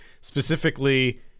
specifically